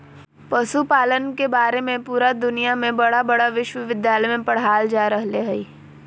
पशुपालन के बारे में पुरा दुनया में बड़ा बड़ा विश्विद्यालय में पढ़ाल जा रहले हइ